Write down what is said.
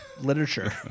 literature